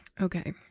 okay